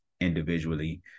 individually